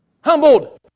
Humbled